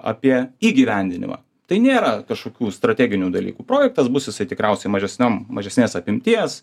apie įgyvendinimą tai nėra kažkokių strateginių dalykų projektas bus jisai tikriausiai mažesniam mažesnės apimties